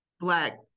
black